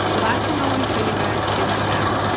last thing i want to show you guys is an app.